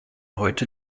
heute